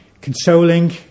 Consoling